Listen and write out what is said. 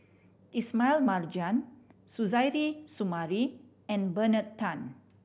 Ismail Marjan Suzairhe Sumari and Bernard Tan